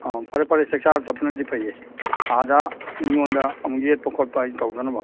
ꯑꯣ ꯐꯔꯦ ꯐꯔꯦ ꯆꯥꯛ ꯆꯥꯔ ꯆꯠꯄꯅꯗꯤ ꯐꯩꯌꯦ ꯑꯥꯗ ꯃꯤꯉꯣꯅꯗ ꯑꯃꯨꯛ ꯌꯦꯠꯄ ꯈꯣꯠꯄ ꯇꯧꯗꯅꯕ